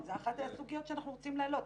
זו אחת הסוגיות שאנחנו רוצים להעלות.